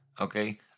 Okay